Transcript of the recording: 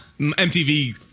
MTV